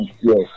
Yes